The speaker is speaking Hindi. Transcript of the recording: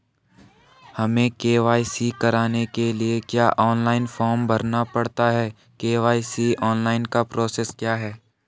हमें के.वाई.सी कराने के लिए क्या ऑनलाइन फॉर्म भरना पड़ता है के.वाई.सी ऑनलाइन का प्रोसेस क्या है?